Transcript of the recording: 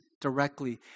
directly